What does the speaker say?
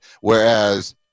whereas